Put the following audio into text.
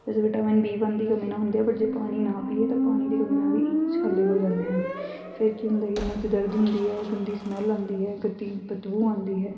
ਵੈਸੇ vitamin B one ਦੀ ਕਮੀ ਨਾਲ ਹੁੰਦੇ ਆ ਬਟ ਜੇ ਪਾਣੀ ਨਾ ਪੀਈਏ ਤਾਂ ਪਾਣੀ ਦੀ ਕਮੀ ਨਾਲ ਵੀ ਸ਼ਾਲੇ ਹੋ ਜਾਂਦੇ ਹਨ ਫਿਰ ਕੀ ਹੁੰਦਾ ਕਿ ਮੂੰਹ 'ਚ ਦਰਦ ਹੁੰਦੀ ਹੈ ਗੰਦੀ ਸਮੈਲ ਆਉਂਦੀ ਹੈ ਗੰਦੀ ਬਦਬੂ ਆਉਂਦੀ ਹੈ